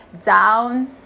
down